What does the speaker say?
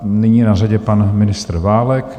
Nyní je na řadě pan ministr Válek.